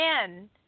men